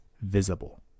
visible